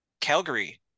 Calgary